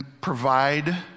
provide